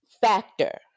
factor